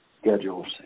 schedules